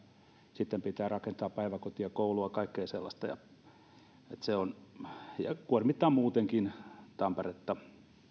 sitten pitää rakentaa päiväkotia koulua ja kaikkea sellaista ja se kuormittaa muutenkin tamperetta